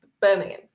Birmingham